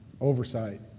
oversight